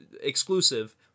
exclusive